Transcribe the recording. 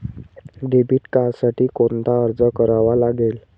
Debit कार्डसाठी कोणता अर्ज करावा लागेल?